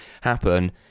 happen